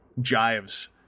jives